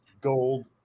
gold